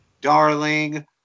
darling